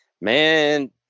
Man